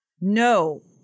No